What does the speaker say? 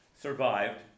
survived